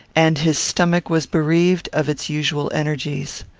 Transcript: and his stomach was bereaved of its usual energies.